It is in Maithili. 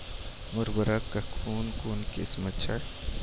उर्वरक कऽ कून कून किस्म छै?